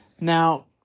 Now